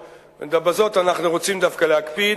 ובזאת אנחנו רוצים דווקא להקפיד,